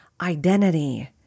identity